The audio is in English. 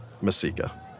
Masika